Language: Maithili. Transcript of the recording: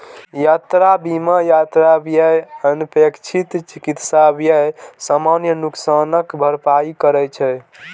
यात्रा बीमा यात्रा व्यय, अनपेक्षित चिकित्सा व्यय, सामान नुकसानक भरपाई करै छै